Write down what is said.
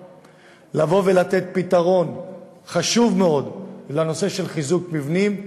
2. לבוא ולתת פתרון חשוב מאוד בנושא של חיזוק מבנים,